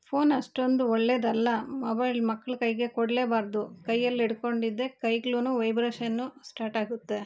phone ಅಷ್ಟೋಂದು ಒಳ್ಳೆದಲ್ಲ mobile ಮಕ್ಳ ಕೈಗೆ ಕೊಡಲೇಬಾರ್ದು ಕೈಯಲ್ಲಿಡ್ಕೊಂಡು ಇದ್ದೆ ಕೈಗಳು ವೈಬ್ರೇಷನ್ನು ಸ್ಟಾರ್ಟಾಗುತ್ತೆ